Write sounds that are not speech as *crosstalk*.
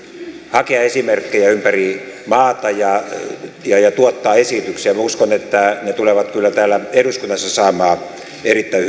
hakea esimerkkejä ympäri maata ja ja tuottaa esityksiä minä uskon että ne tulevat kyllä täällä eduskunnassa saamaan erittäin *unintelligible*